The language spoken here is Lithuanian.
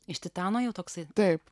iš titano jau toksai taip